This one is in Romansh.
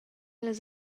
las